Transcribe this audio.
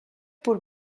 por